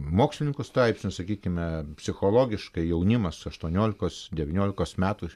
mokslininkų straipsnius sakykime psichologiškai jaunimas aštuoniolikos devyniolikos metų